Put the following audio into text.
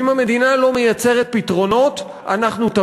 ואם המדינה לא מייצרת פתרונות,